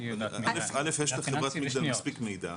א', יש לחברת מגדל מספיק מידע.